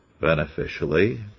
beneficially